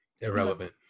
Irrelevant